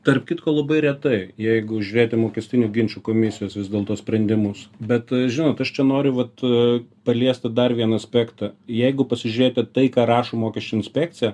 tarp kitko labai retai jeigu žiūrėti į mokestinių ginčų komisijos vis dėlto sprendimus bet žinot aš čia noriu vat paliesti dar vieną aspektą jeigu pasižiūrėti tai ką rašo mokesčių inspekcija